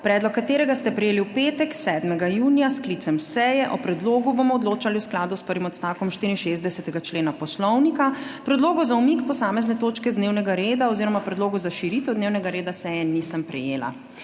predlog katerega ste prejeli v petek, 7. junija, s sklicem seje. O predlogu bomo odločali v skladu s prvim odstavkom 64. člena Poslovnika. Predlogov za umik posamezne točke z dnevnega reda oziroma predlogov za širitev dnevnega reda seje nisem prejela,